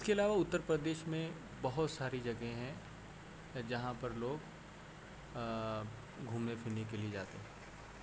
اس کے علاوہ اتر پردیش میں بہت ساری جگہیں ہیں جہاں پر لوگ گھومنے پھرنے کے لیے جاتے ہیں